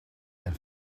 and